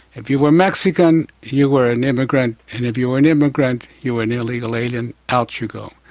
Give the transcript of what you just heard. if you were mexican, you were an immigrant, and if you were an immigrant you were an illegal alien, out you go.